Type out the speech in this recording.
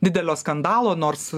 didelio skandalo nors